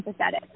empathetic